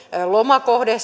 lomakohde